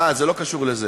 אה, זה לא קשור לזה.